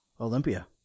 Olympia